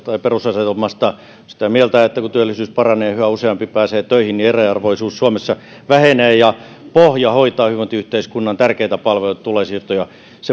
perusasetelmasta sitä mieltä että kun työllisyys paranee ja yhä useampi pääsee töihin niin eriarvoisuus suomessa vähenee ja pohja hoitaa hyvinvointiyhteiskunnan tärkeitä palveluita ja tulonsiirtoja